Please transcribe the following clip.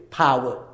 power